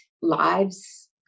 lives